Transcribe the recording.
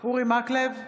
אורי מקלב,